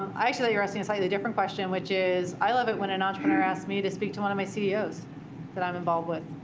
i actually think you're asking a slightly different question, which is, i love it when an entrepreneur asks me to speak to one of my ceos that i'm involved with,